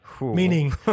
Meaning